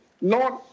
Lord